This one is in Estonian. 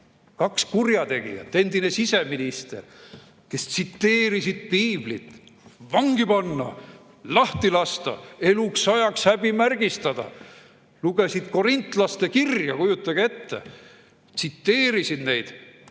Kaks kurjategijat – üks endine siseminister –, kes tsiteerisid Piiblit. Vangi panna, lahti lasta, eluks ajaks häbimärgistada! Lugesid korintlaste kirja, kujutage ette! Tsiteerisid